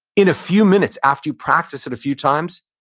in a few minutes, after you practice it a few times,